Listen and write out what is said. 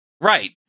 Right